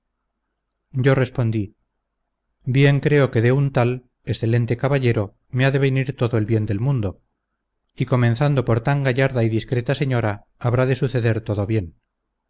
yo respondí bien creo que de un tal excelente caballero me ha de venir todo el bien del mundo y comenzando por tan gallarda y discreta señora habrá de suceder todo bien